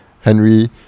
Henry